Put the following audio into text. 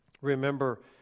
Remember